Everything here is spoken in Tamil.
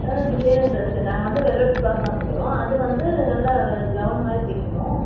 ஆ டிசைனர் ட்ரெஸ்ஸு நாங்கள் வந்து வெல்வெட் கிளாத் வாங்கி தர்றோம் அது வந்து நல்ல கவுன் மாதிரி தைக்கிணும்